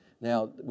now